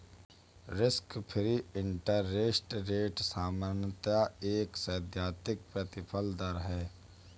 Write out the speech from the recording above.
risk free interest rate सामान्यतः एक सैद्धांतिक प्रतिफल दर है